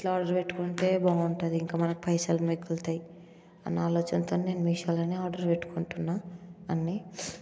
ఇట్లా ఆర్డర్ పెట్టుకుంటే బాగుంటుంది ఇంకా మనకి పైసలు మిగులుతాయి అని ఆలోచనతోనే నేను మీషోలోనే ఆర్డర్ పెట్టుకుంటున్నాను అన్ని